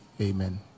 amen